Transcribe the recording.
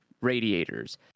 radiators